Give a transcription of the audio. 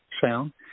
sound